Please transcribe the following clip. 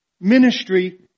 Ministry